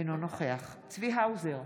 אינו נוכח צבי האוזר,